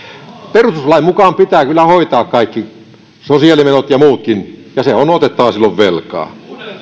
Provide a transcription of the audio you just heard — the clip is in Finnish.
perustuslain mukaan pitää kyllä hoitaa kaikki sosiaalimenot ja muutkin ja on otettava silloin velkaa